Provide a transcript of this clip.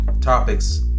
Topics